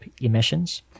emissions